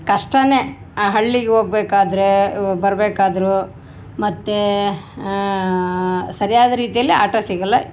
ಕಷ್ಟನೇ ಆ ಹಳ್ಳಿಗೆ ಹೋಗ್ಬೇಕಾದ್ರೆ ಬರ್ಬೇಕಾದರೂ ಮತ್ತು ಸರಿಯಾದ ರೀತಿಯಲ್ಲಿ ಆಟೋ ಸಿಗೊಲ್ಲ